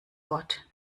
wort